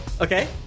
okay